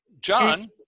John